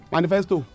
Manifesto